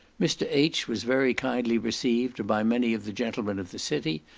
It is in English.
mr. h. was very kindly received by many of the gentlemen of the city,